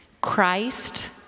Christ